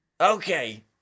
Okay